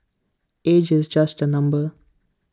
age is just A number